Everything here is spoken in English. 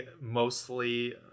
Mostly